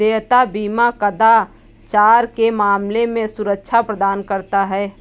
देयता बीमा कदाचार के मामले में सुरक्षा प्रदान करता है